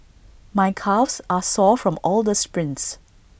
my calves are sore from all the sprints